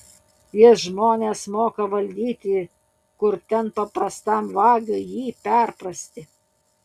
jis žmones moka valdyti kur ten paprastam vagiui jį perprasti